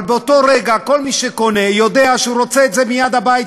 אבל באותו רגע כל מי שקונה יודע שהוא רוצה את זה מייד הביתה.